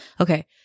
okay